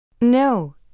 No